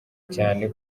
cyane